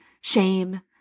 shame